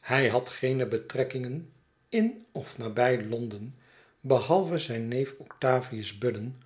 hij had geene betrekkingen in of nabij londen behalve zijn neef octavius budden